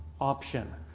option